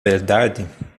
verdade